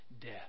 death